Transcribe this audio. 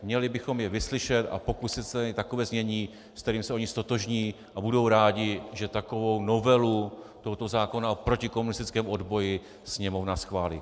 Měli bychom je vyslyšet a pokusit se najít takové znění, s kterým se oni ztotožní a budou rádi, že takovou novelu tohoto zákona o protikomunistickému odboji Sněmovna schválí.